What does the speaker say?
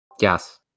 Yes